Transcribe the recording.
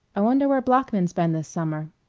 i wonder where bloeckman's been this summer.